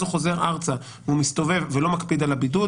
הוא חוזר ארצה והוא מסתובב ולא מקפיד על הבידוד,